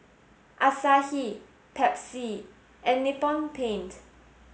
Asahi Pepsi and Nippon Paint